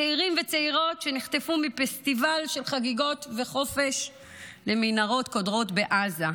צעירים וצעירות שנחטפו מפסטיבל של חגיגות וחופש למנהרות קודרות בעזה,